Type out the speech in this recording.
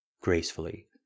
gracefully